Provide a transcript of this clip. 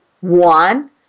one